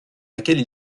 laquelle